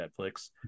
Netflix